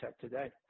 today